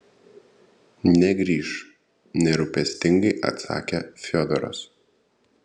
negrįš nerūpestingai atsakė fiodoras